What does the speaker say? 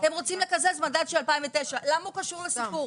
הם רוצים לקזז מדד של 2009. למה הוא קשור לסיפור?